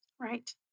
right